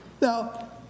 Now